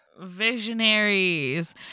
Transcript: Visionaries